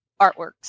artworks